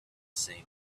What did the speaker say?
same